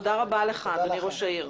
תודה לך ראש העיר.